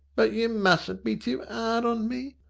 but you mustn't be too ard on me.